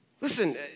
Listen